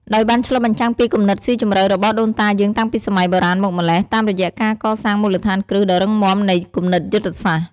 ដោយបានឆ្លុះបញ្ចាំងពីគំនិតស៊ីជម្រៅរបស់ដូនតាយើងតាំងពីសម័យបុរាណមកម្ល៉េះ តាមរយៈការកសាងមូលដ្ឋានគ្រឹះដ៏រឹងមាំនៃគំនិតយុទ្ធសាស្ត្រ។